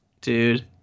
Dude